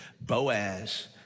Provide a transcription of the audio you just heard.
Boaz